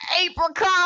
apricot